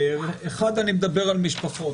ראשית, אני מדבר על משפחות.